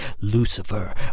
Lucifer